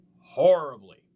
horribly